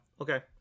okay